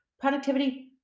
productivity